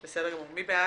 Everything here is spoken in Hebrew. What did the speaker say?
מי בעד?